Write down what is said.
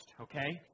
Okay